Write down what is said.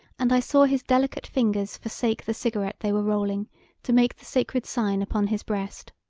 and i saw his delicate fingers forsake the cigarette they were rolling to make the sacred sign upon his breast.